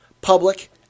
public